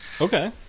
Okay